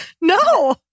No